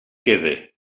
quede